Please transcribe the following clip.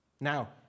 Now